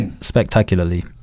spectacularly